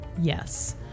Yes